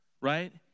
right